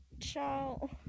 ciao